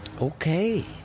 Okay